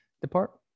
depart